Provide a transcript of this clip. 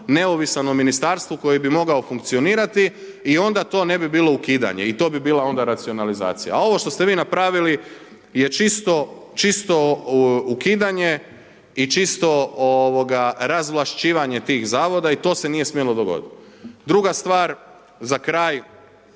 neovisan o ministarstvu koji bi mogao funkcionirati i onda to ne bi bilo ukidanje i to bi bila onda racionalizacija. A ovo što ste vi napravili je čisto ukidanje i čisto razvlašćivanje tih zavoda i to se nije smjelo dogoditi. Druga stvar za kraj.